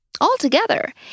Altogether